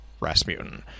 Rasputin